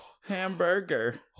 Hamburger